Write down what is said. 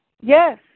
Yes